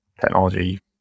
technology